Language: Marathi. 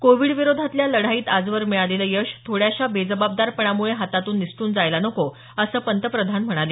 कोविडविरोधातल्या लढाईत आजवर मिळालेलं यश थोड्याशा बेजबाबदारपणामुळे हातातून निसटून जायला नको असं पंतप्रधान म्हणाले